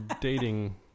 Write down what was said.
dating